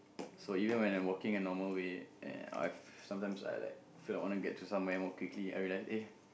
so even when I'm walking in normal way and I've sometimes I like feel like want to get to somewhere more quickly I realize eh